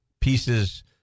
pieces